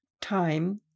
Time